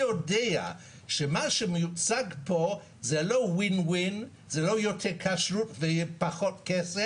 לא יציג תעודת הכשר או מסמך הנחזה להיות תעודת הכשר,